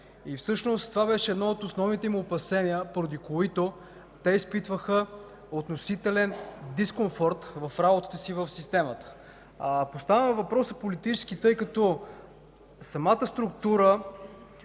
на МВР. Това беше едно от основните им опасения, поради които те изпитваха относителен дискомфорт в работата си в системата. Поставям въпроса политически, тъй като самата структура